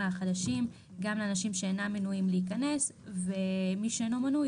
חברים אנחנו ממשיכים כחלק מישיבות ועדת הכלכלה בדיוני חוק ההסדרים,